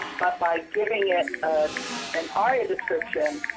but by giving it an aria description,